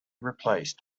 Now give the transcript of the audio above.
replaced